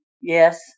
Yes